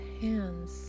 hands